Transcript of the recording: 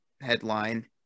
headline